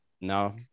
no